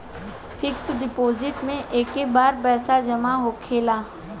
fix deposit मे एके बार पैसा जामा होखेला